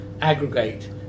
aggregate